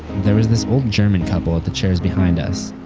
there was this old german couple at the chairs behind us.